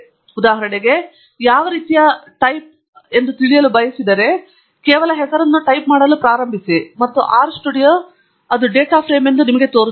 ಆದ್ದರಿಂದ ಉದಾಹರಣೆಗೆ ನಾನು ಯಾವ ರೀತಿಯ ಟೈಪ್ ಎಂದು ತಿಳಿಯಲು ಬಯಸಿದರೆ ಕೇವಲ ಹೆಸರನ್ನು ಟೈಪ್ ಮಾಡಲು ಪ್ರಾರಂಭಿಸಿ ಮತ್ತು ಆರ್ ಸ್ಟುಡಿಯೊ ಅದು ಡೇಟಾ ಫ್ರೇಮ್ ಎಂದು ನಿಮಗೆ ತೋರಿಸುತ್ತದೆ